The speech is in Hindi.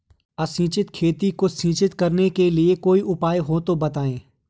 असिंचित खेती को सिंचित करने के लिए कोई उपाय हो तो बताएं?